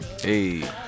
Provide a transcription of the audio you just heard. Hey